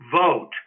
vote